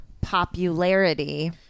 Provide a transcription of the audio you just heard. popularity